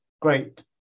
great